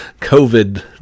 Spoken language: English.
COVID